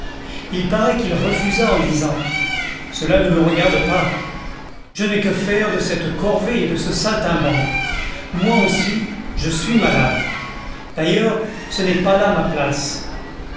il paraît qu'il refusa en disant cela ne me regarde pas je n'ai que faire de cette corvée et de ce saltimbanque moi aussi je suis malade d'ailleurs ce n'est pas là ma place